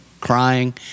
crying